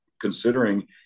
considering